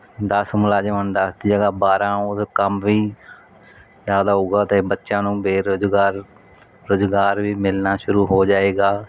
ਦਸ ਮੁਲਾਜ਼ਮਾਂ ਨੂੰ ਦਸ ਦੀ ਜਗ੍ਹਾ ਬਾਰਾ ਉਹ ਕੰਮ ਵੀ ਜਿਆਦਾ ਹੋਊਗਾ ਤੇ ਬੱਚਿਆਂ ਨੂੰ ਬੇਰੁਜ਼ਗਾਰ ਰੁਜ਼ਗਾਰ ਵੀ ਮਿਲਣਾ ਸ਼ੁਰੂ ਹੋ ਜਾਏਗਾ